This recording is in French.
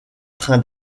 train